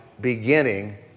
beginning